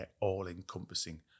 all-encompassing